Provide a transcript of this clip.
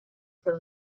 for